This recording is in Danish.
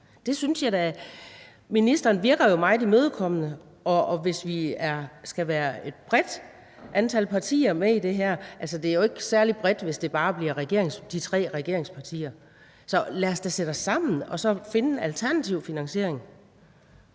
af det her? Ministeren virker jo meget imødekommende, og hvis vi skal være et større antal partier med i det her – altså, det er jo ikke særlig bredt, hvis det bare bliver de tre regeringspartier – så lad os da sætte os sammen og finde en alternativ finansiering.